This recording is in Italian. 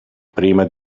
prima